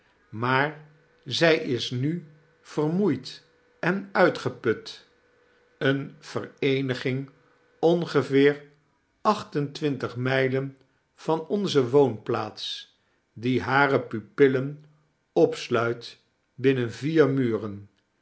maar zij is nu vermoeid en uitgeput eene vereeniging ongeveer acht en twintig mijlen van onze woonplaats die hare pupillen opsluit binnen vier muren